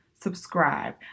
subscribe